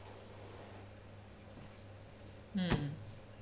mm